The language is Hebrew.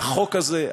והחוק הזה,